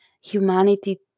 humanity